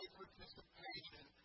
participation